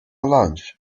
avalanche